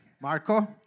Marco